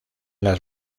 las